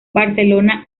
barcelona